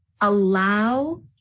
allow